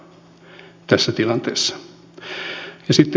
sitten henkilöstöön liittyen